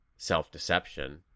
self-deception